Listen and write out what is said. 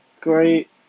great